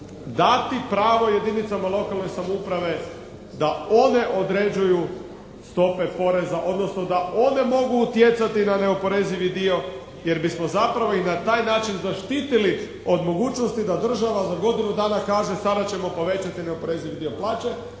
dati pravo jedinicama lokalne samouprave da one određuju stope poreza, odnosno da one mogu utjecati na neoporezivi dio jer bismo zapravo i na taj način zaštitili od mogućnosti da država za godinu dana kaže sada ćemo povećati neoporezivi dio plaće